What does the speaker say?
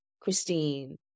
Christine